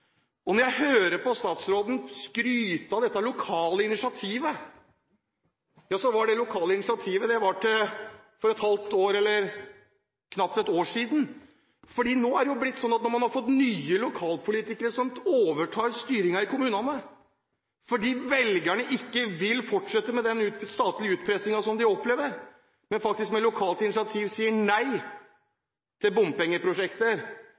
Når jeg hører statsråden skryte av det lokale initiativet, var det det lokale initiativet til for inntil et halvt år eller knapt ett år siden. Nå er det jo blitt sånn, når nye lokalpolitikere har overtatt styringen i kommunene fordi velgerne ikke vil fortsette med den statlige utpressingen som de opplever, at man faktisk med lokalt initiativ sier